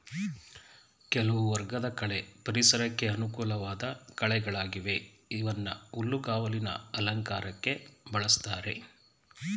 ಕೆಲವು ವರ್ಗದ ಕಳೆ ಪರಿಸರಕ್ಕೆ ಅನುಕೂಲ್ವಾಧ್ ಕಳೆಗಳಾಗಿವೆ ಇವನ್ನ ಹುಲ್ಲುಗಾವಲಿನ ಅಲಂಕಾರಕ್ಕೆ ಬಳುಸ್ತಾರೆ